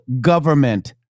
government